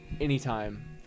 anytime